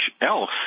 else